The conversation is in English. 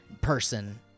person